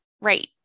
right